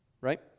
right